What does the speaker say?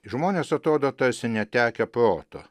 žmonės atrodo tarsi netekę proto